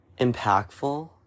impactful